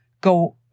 go